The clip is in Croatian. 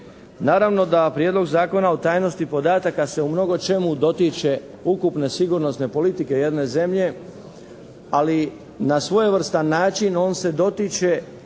Naravno da prijedlog Zakona o tajnosti podataka se u mnogočemu dotiče ukupne sigurnosne politike jedne zemlje, ali na svojevrstan način on se dotiče